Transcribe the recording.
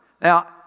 Now